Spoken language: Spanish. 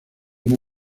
una